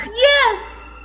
Yes